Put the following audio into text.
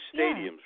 stadiums